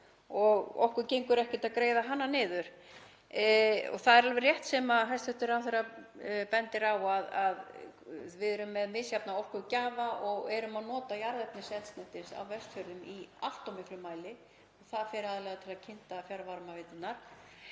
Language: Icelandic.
og okkur gengur ekkert að greiða hana niður. Það er alveg rétt, sem hæstv. ráðherra bendir á, að við erum með misjafna orkugjafa og erum að nota jarðefniseldsneyti á Vestfjörðum í allt of miklum mæli. Það fer aðallega í að kynda fjarvarmaveiturnar.